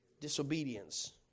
disobedience